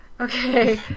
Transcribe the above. Okay